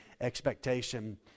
expectation